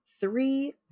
three